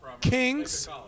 Kings